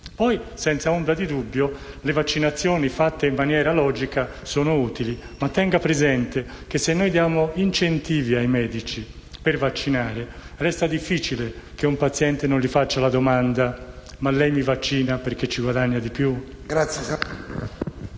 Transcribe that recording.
Poi, senza ombra di dubbio, le vaccinazioni fatte in maniera logica sono utili, ma tenga presente che se diamo incentivi ai medici per vaccinare, resta difficile che un paziente non chieda: ma lei mi vaccina perché guadagna di più?